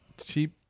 cheap